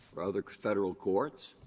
or other federal courts,